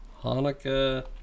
Hanukkah